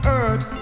earth